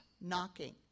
knocking